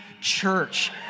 church